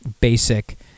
basic